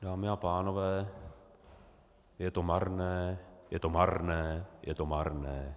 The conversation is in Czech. Dámy a pánové, je to marné, je to marné, je to marné.